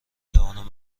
توانم